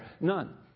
None